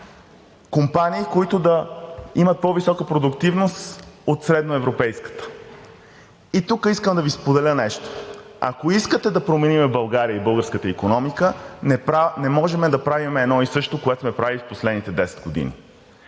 компании, които да имат по-висока продуктивност от средноевропейската. Тук искам да Ви споделя нещо. Ако искате да променим България и българската икономика, не можем да правим едно и също, което сме правили в последните 10 години.